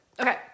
okay